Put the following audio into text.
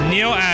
Neil